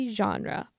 genre